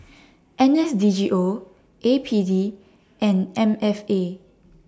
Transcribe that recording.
N S D G O A P D and M F A